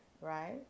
right